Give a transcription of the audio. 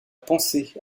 penser